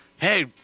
hey